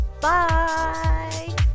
bye